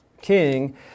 King